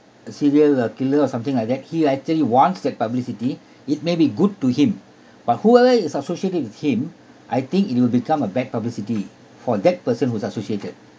a serial uh killer or something like that he actually wants that publicity it may be good to him but whoever is associated with him I think it will become a bad publicity for that person who's associated